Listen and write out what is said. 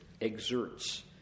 exerts